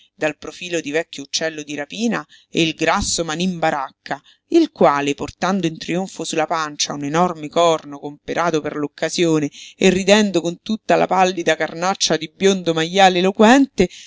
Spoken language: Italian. dal profilo di vecchio uccello di rapina e il grasso manin baracca il quale portando in trionfo su la pancia un enorme corno comperato per l'occasione e ridendo con tutta la pallida carnaccia di biondo majale eloquente